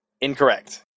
Incorrect